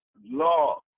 law